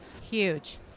Huge